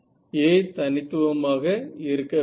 A தனித்துவமாக இருக்க வேண்டும்